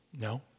No